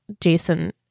jason